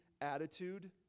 attitude